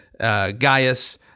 Gaius